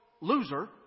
loser